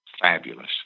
Fabulous